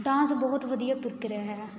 dance ਬਹੁਤ ਵਧੀਆ ਪ੍ਰਕਿਰਿਆ ਹੈ